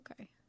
Okay